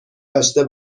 داشته